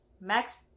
Max